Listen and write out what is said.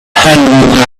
handle